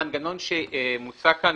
המנגנון שמוצע כאן,